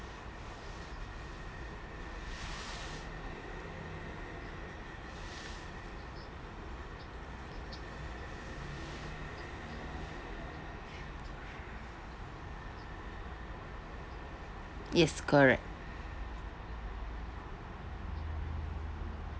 yes correct